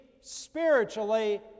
spiritually